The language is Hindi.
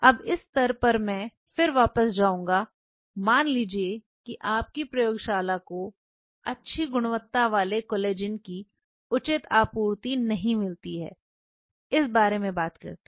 अब इस स्तर पर मैं फिर वापस जाऊंगा मान लीजिये कि आपकी प्रयोगशाला को अच्छी गुणवत्ता वाले कोलेजन की उचित आपूर्ति नहीं मिलती है इस बारे में बात करते हैं